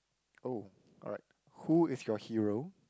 oh alright who is your hero